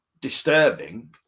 disturbing